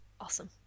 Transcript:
Awesome